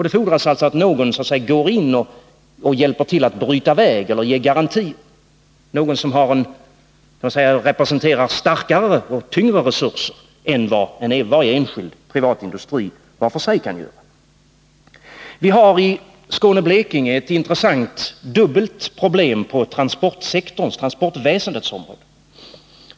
Det fodras därför att någon går in och hjälper till att bryta väg eller ge garantier — någon som representerar starkare resurser än varje enskild industri var för sig. Vi har i Skåne-Blekinge ett intressant, dubbelt problem på transportvä-. sendets område.